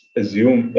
assume